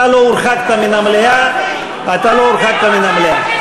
אתה לא הורחקת מן המליאה.